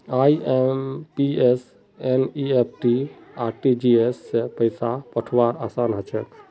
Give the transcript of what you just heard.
IMPS NEFT RTGS स पैसा पठऔव्वार असान हछेक